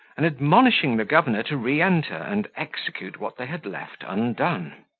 and admonishing the governor to re-enter and execute what they had left undone.